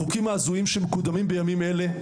החוקים ההזויים שמקודמים בימים אלה,